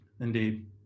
Indeed